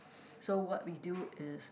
so what we do is